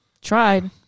Tried